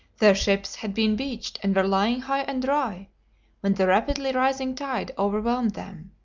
their ships had been beached and were lying high and dry when the rapidly rising tide overwhelmed them.